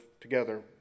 together